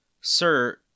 Sir